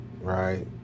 right